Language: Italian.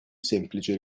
semplice